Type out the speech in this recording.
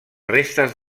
restes